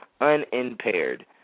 unimpaired